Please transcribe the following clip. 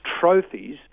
trophies